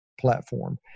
platform